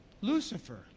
Lucifer